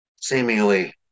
seemingly